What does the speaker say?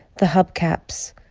the hubcaps,